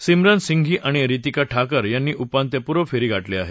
सिमरन सिंघी आणि रितिका ठाकर यांनी उपांत्यपूर्वफेरी गाठ्ली आहे